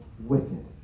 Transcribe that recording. wicked